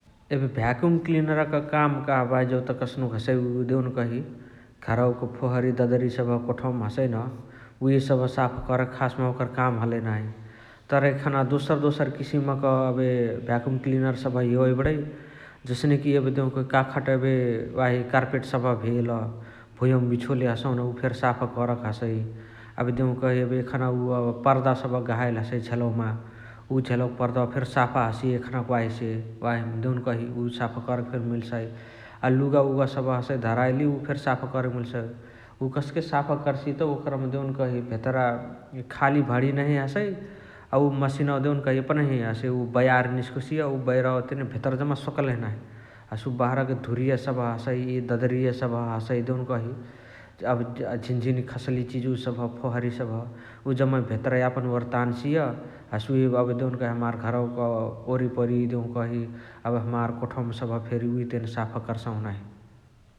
एबे भ्याकुम क्लिनरक काम कहबाही जौत कस्नुक हसइ उ देउनकही घरवक फोहरै डदरी उ कोठावमा हसइन । उहे सबह साफा करके खासमा ओकर काम हलइ नाही । तर एखना दोसर दोसर किसिम क भ्याकुम क्लिनरक सबह एवै बणइ । जसने कि एबे देउकही काखत वाही कर्बेट सबह भेल भुयवमा बिछोले हसहु न उ फेरी साफा करके हसइ । एबे देउकही एखाने एबे पर्दावा सबह गहाइली हसइ झेलवमा । उ झेलवक पर्दावा फेरी साफा हसिय एखनक वाहिसे । वाहिमा देउकही उ साफा करके फेरी मिल्साइ । अ लुगा उगा सबह हसइ धाराऐली उ फेरी साफा करके मिल्साउ । उ कस्के साफा कर्सित ओकरमा देउनकही भेतरा खाली भणिया नहिय हसइ । अ उ मसिनवा देउनकही एपनही हसे बएर निस्कोसिय । उ बैरावा तेने भेतरअ जम्मा सोकलही नाही । हसे उअ बहराक धुरिया सबह हसइ डडरिय सबह हसइ देउकही एबे झिन्झिनी खसाली चिजुवा सबह फोहरी सबह उ जाममे भेतरअ यापन ओरि तान्सिय हसे उहे एबे देउकही हमार घरवक ओरिपरी देउकही । एबे हमार कोठावा सबह फेरी उहे तेने साफा कर्साहु नाही ।